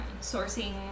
sourcing